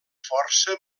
força